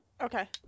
Okay